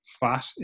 fat